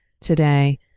today